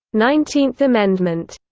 nineteenth amendment,